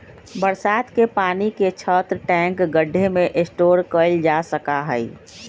बरसात के पानी के छत, टैंक, गढ्ढे में स्टोर कइल जा सका हई